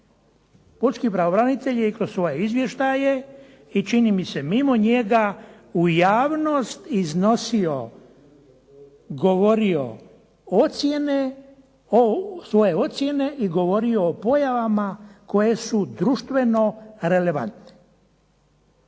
Pučki pravobranitelj je i kroz svoje izvještaje i čini mi se mimo njega u javnost iznosio, govorio ocjene, svoje ocjene i govorio o pojavama koje su društveno relevantne.